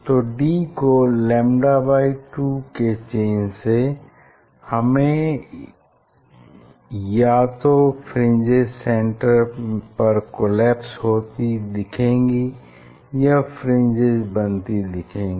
तो d में λ2 के चेंज से हमें या तो फ्रिंजेस सेन्टर पर कोलैप्स होती दिखेंगी या नई फ्रिंजेस बनती दिखेंगी